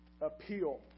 appeal